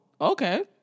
okay